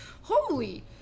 holy